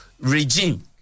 regime